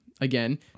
again